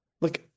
Look